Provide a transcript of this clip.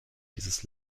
dieses